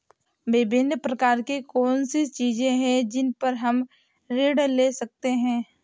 विभिन्न प्रकार की कौन सी चीजें हैं जिन पर हम ऋण ले सकते हैं?